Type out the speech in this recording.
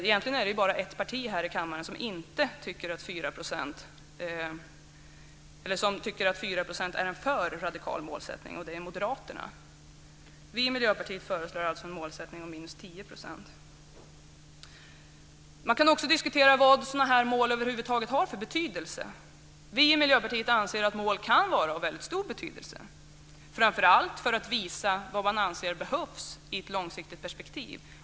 Egentligen är det bara ett parti här i kammaren som tycker att 4 % är en för radikal målsättning. Det är Moderaterna. Vi i Miljöpartiet föreslår alltså en målsättning på 10 %. Man kan också diskutera vilken betydelse sådana här mål över huvud taget har. Vi i Miljöpartiet anser att mål kan vara av väldigt stor betydelse, framför allt för att visa vad man anser behövs i ett långsiktigt perspektiv.